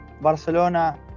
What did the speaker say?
Barcelona